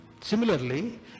Similarly